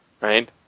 right